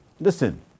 listen